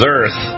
Earth